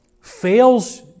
fails